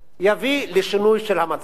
יביא לשינוי של המצב.